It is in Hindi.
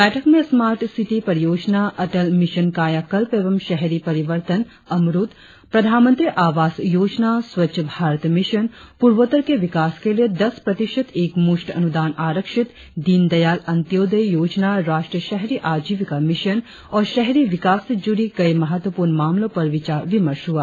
बैठक में स्मार्ट सिटी परियोजना अटल मिशन कायाकल्प एवं शहरी परिवर्तन अमरुत प्रधानमंत्री आवास योजना स्वच्छ भारत मिशन पूर्वोत्तर के विकास के लिए दस प्रतिशत एकमुश्त अनुदान आरक्षित दीनदयाल अंत्योदय योजना राष्ट्रीय शहरी आजीविका मिशन और शहरी विकास से जुड़ी कई महत्वपूर्ण मामलों पर विचार विमर्श हुआ